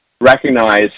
recognize